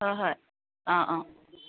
হয় হয় অঁ অঁ